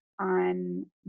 on